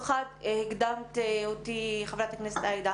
הקדמת אותי חברת הכנסת עאידה,